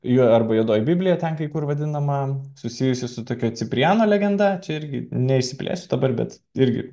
juo arba juodoji biblija ten kai kur vadinama susijusi su tokia cipriano legenda čia irgi neišsiplėsiu dabar bet irgi